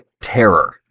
terror